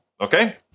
Okay